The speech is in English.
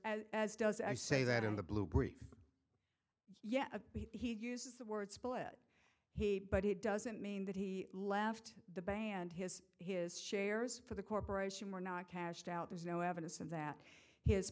career as does i say that in the blue break yeah he uses the word split he but it doesn't mean that he left the band his his shares for the corporation were not cashed out there's no evidence of that his